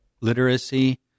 literacy